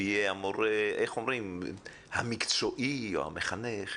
ויהיה המורה המקצועי או מחנך,